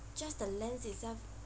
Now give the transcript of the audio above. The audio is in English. just the lens itself